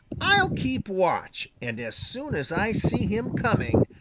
i'll keep watch, and as soon as i see him coming,